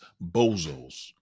bozos